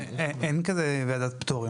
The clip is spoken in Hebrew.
אין "ועדת הפטורים".